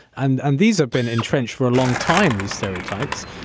and and these have been entrenched for a long time these stereotypes.